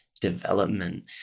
development